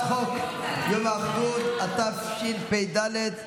השר חילי טרופר מבקש להגיב,